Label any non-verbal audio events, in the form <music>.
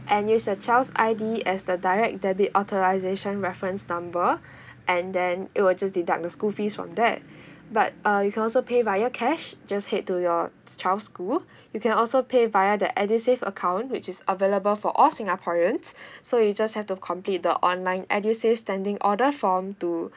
and use your child's I_D as the direct debit authorisation reference number <breath> and then it will just deduct the school fees from that but uh you can also pay via cash just head to your child school you can also pay via the edusave account which is available for all singaporeans so you just have to complete the online edusave standing order form to